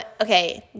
okay